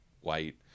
white